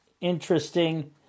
interesting